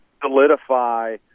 solidify